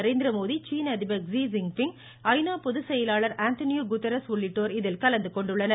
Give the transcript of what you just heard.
நரேந்திரமோடி சீன அதிபர் Xi Jinping ஐநா பொது செயலர் ஆன்டனியோ குட்ரஸ் உள்ளிட்டோர் இதில் கலந்துகொண்டுள்ளனர்